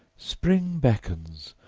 spring beckons!